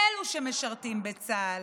אלו שמשרתים בצה"ל,